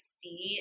see